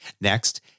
Next